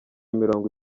mirongo